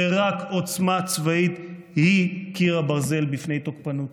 ורק עוצמה צבאית היא קיר הברזל בפני תוקפנות.